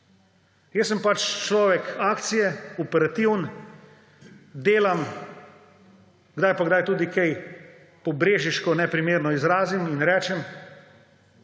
Jaz sem pač človek akcije, operativen, delam, kdaj pa kdaj tudi kaj po brežiško neprimerno izrazim in rečem.